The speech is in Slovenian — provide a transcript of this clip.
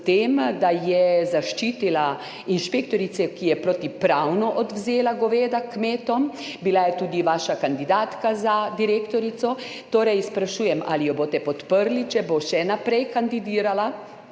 s tem, da je zaščitila inšpektorico, ki je protipravno odvzela goveda kmetom? Bila je tudi vaša kandidatka za direktorico, zato sprašujem: Ali jo boste podprli, če bo še naprej kandidirala